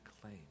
claim